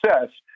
success